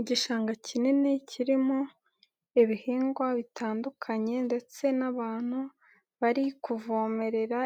Igishanga kinini kirimo ibihingwa bitandukanye ndetse n'abantu bari kuvomerera